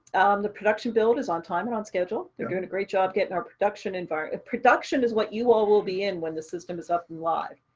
the production build is on time and on schedule. they're doing a great job getting our production environment. production is what you all will be in when the system is up and live.